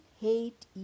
hate